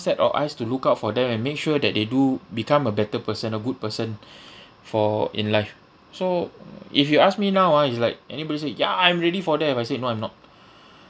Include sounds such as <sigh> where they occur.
set of eyes to look out for them and make sure that they do become a better person a good person <breath> for in life so if you ask me now ah is like anybody say ya I'm ready for death I say no I'm not